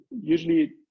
usually